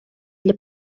для